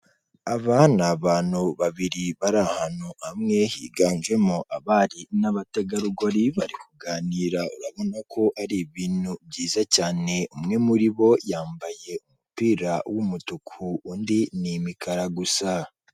Aba ni abantu babiri bari ahantu hamwe, higanjemo abari n'abategarugo, ri bari kuganira, urabona ko ari ibintu byiza cyane, umwe muri bo yambaye umupira w'umutuku, undi ni imikara gusa.